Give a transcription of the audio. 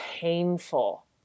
painful